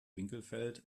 winkelfeld